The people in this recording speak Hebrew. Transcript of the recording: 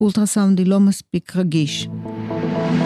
אולטרסאונד היא לא מספיק רגיש.